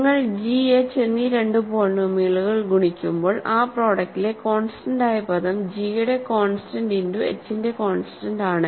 നിങ്ങൾ g h എന്നീ രണ്ട് പോളിനോമിയലുകൾ ഗുണിക്കുമ്പോൾ ആ പ്രൊഡക്ടിലെ കോൺസ്റ്റന്റ് ആയ പദം g യുടെ കോൺസ്റ്റന്റ് ഇന്റു hന്റെ കോൺസ്റ്റന്റ് ആണ്